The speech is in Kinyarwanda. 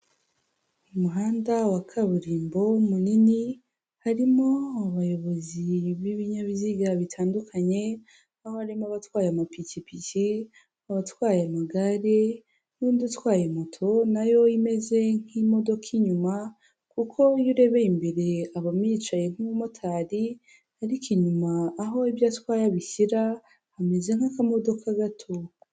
Ku muhanda wa kaburimbo munini, harimo abayobozi b'ibinyabiziga bitandukanye, aho harimo abatwaye amapikipiki, abatwaye amagare, n'undi utwaye moto nayo imeze nk'imodoka inyuma, kuko iyo urebeye imbere aba yicaye nk'umumotari, ariko inyuma aho ibyo atwaye abishyira, hameze nk'akamodoka gato.